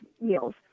meals